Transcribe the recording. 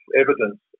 evidence